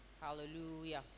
Hallelujah